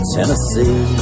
Tennessee